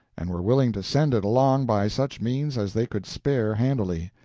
and were willing to send it along by such means as they could spare handily.